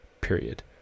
period